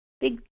big